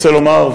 רוצה לומר,